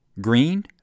Green